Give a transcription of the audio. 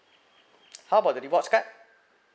how about the rewards card